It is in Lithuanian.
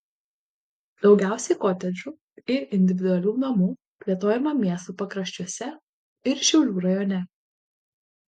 daugiausiai kotedžų ir individualių namų plėtojama miesto pakraščiuose ir šiaulių rajone